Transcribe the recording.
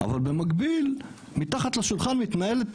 אבל במקביל מתחת לשולחן מתנהלת